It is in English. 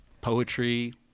poetry